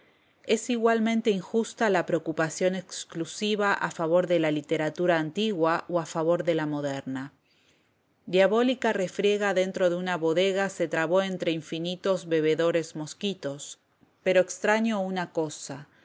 es igualmente injusta la preocupación exclusiva a favor de la literatura antigua o a favor de la moderna diabólica refriega dentro de una bodega se trabó entre infinitos bebedores mosquitos pero extraño una cosa